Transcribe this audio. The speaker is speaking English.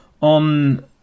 on